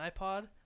iPod